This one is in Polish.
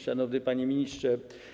Szanowny Panie Ministrze!